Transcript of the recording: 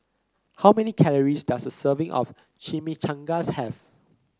how many calories does a serving of Chimichangas have